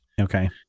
Okay